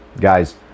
guys